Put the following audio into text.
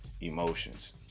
emotions